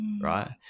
right